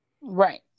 Right